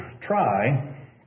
try